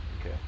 okay